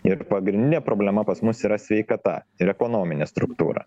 ir pagrindinė problema pas mus yra sveikata ir ekonominė struktūra